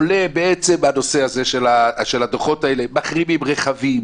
עולה בעצם הנושא של הדוחות האלה, מחרימים רכבים